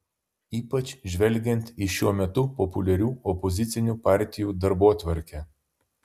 ypač žvelgiant į šiuo metu populiarių opozicinių partijų darbotvarkę